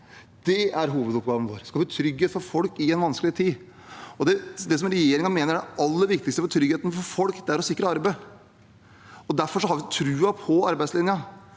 Det er hovedoppgaven vår, å skape trygghet for folk i en vanskelig tid. Det regjeringen mener er det aller viktigste for trygghet for folk, er å sikre arbeid. Derfor har vi troen på arbeidslinjen.